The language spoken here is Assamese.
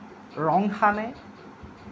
ৰং সানে